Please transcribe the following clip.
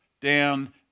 down